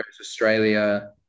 Australia